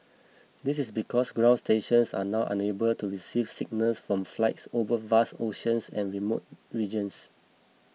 this is because ground stations are now unable to receive signals from flights over vast oceans and remote regions